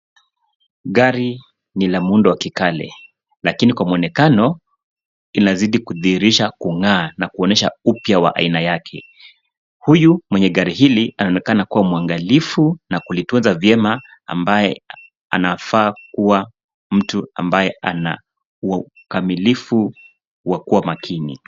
Gari ni la muundo wa kikale, lakini kwa muonekano, inazidi kudhihirisha kungaa na kuonyesha upya wa aina yake. Huyu mwenye gari hili anaonekana kuwa mwangalifu, na kulitunza vyema ambaye anafaa kuwa mtu ambaye ana ukamilifu wa kuwa makini.